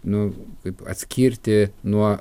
nu kaip atskirti nuo